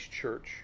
Church